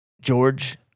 George